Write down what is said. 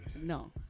no